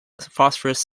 phosphorus